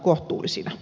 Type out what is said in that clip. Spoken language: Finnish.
kiitos